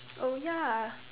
oh ya